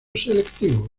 selectivo